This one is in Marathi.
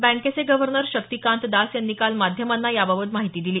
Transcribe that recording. बँकेचे गव्हर्नर शक्तिकांत दास यांनी काल माध्यमांना याबाबत माहिती दिली